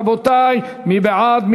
רבותי, מי בעד?